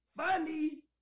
Funny